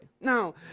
Now